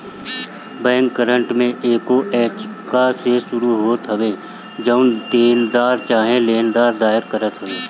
bankrupt में एगो याचिका से शुरू होत हवे जवन देनदार चाहे लेनदार दायर करत हवे